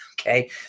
Okay